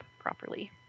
properly